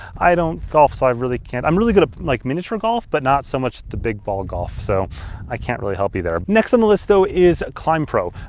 i don't golf, so i really can't. i'm really good at like miniature golf, but not so much the big ball golf. so i can't really help you there. next on the list though is climbpro.